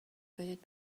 بدید